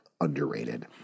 underrated